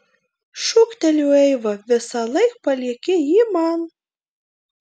šūktelėjo eiva visąlaik palieki jį man